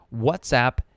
WhatsApp